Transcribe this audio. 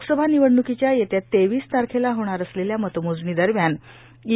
लोकसभा निवडणुकीच्या येत्या तेवीस तारखेला होणार असलेल्या मतमोजणी दरम्यान ई